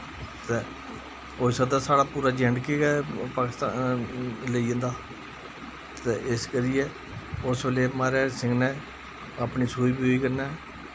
होई सकदा साढ़ा पूरा जे ऐंड़ के गै पाकिस्तान लेई जंदा हा ते इस करियै उसलै महाराजा हरि सिंह नै अपनी सूझभूझ कन्नै